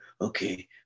okay